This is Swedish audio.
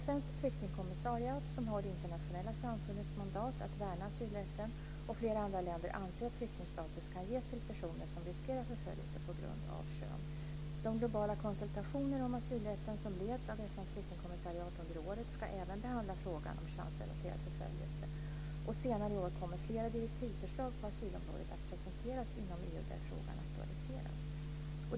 FN:s flyktingkommissariat, som har det internationella samfundets mandat att värna asylrätten, och flera andra länder anser att flyktingstatus kan ges till personer som riskerar förföljelse på grund av kön. De globala konsultationer om asylrätten som leds av FN:s flyktingkommissariat under året ska även behandla frågan om könsrelaterad förföljelse. Senare i år kommer flera direktivförslag på asylområdet att presenteras inom EU där frågan aktualiseras.